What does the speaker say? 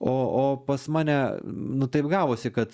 o o pas mane nu taip gavosi kad